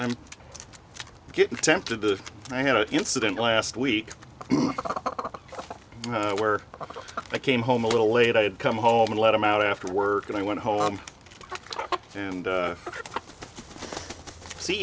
i'm getting tempted to i had an incident last week where i came home a little late i'd come home and let him out after work and i went home and